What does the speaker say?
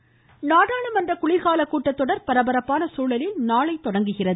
கூட்டத்தொடர் நாடாளுமன்ற குளிர்கால கூட்டத்தொடர் பரபரப்பான சூழலில் நாளை தொடங்குகிறது